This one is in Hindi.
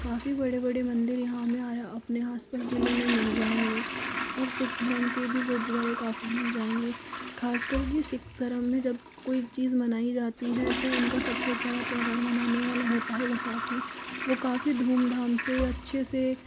काफ़ी बड़े बड़े मंदिर यहाँ में अपने आस पास ज़िले में मिल जाएंगे और सिख धर्म के भी गुरुद्वारे काफ़ी मिल जाएंगे खास कर सिख धर्म में जब कोई चीज़ मनाई जाती है तो उनका सबसे अच्छा त्योहार मनाने वाला होता है बैसाखी वो काफ़ी धूम धाम से अच्छे से